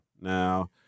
Now